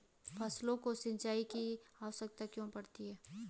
फसलों को सिंचाई की आवश्यकता क्यों पड़ती है?